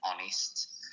honest